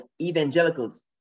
evangelicals